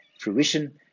fruition